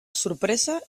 sorpresa